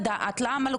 תסבירו לי.